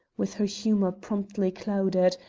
with her humour promptly clouded,